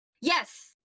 Yes